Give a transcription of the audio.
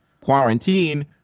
quarantine